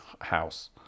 house